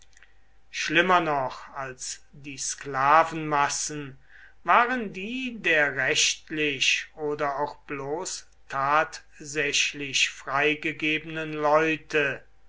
schlimmer noch als die sklavenmassen waren die der rechtlich oder auch bloß tatsächlich freigegebenen leute